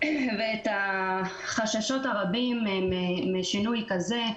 ואת החששות הרבים משינוי כזה,